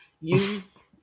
use